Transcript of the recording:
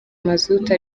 mazutu